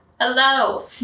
Hello